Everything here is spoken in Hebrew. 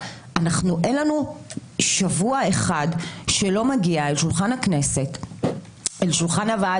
אין שבוע אחד שלא מגיע לשולחן הוועדות